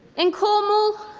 in cornwall,